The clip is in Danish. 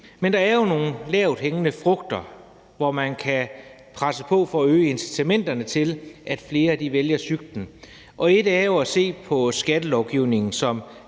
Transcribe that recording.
Men der er jo nogle lavthængende frugter, hvor man kan presse på for at øge incitamenterne til, at flere vælger cyklen. Og et er jo at se på skattelovgivningen,